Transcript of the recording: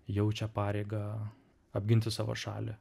jaučia pareigą apginti savo šalį